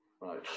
Right